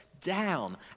down